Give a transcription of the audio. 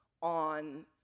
on